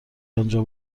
انجا